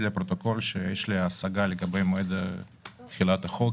לפרוטוקול שיש לי השגה לגבי מועד תחילת החוק.